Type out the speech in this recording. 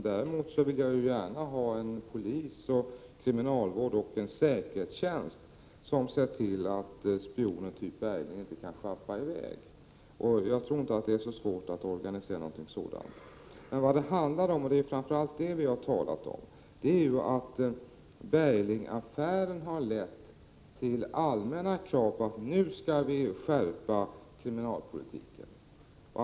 Däremot vill jag gärna ha en polis, en kriminalvård och en säkerhetstjänst, som ser till att spioner som Bergling inte kan sjappa. Jag tror inte att det är så svårt att organisera något sådant. Det handlar framför allt om att Berglingaffären har lett till allmänna krav på att kriminalpolitiken nu skall skärpas.